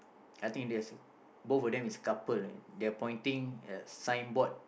I think there's a both of them is a couple eh they are pointing at signboard